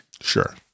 Sure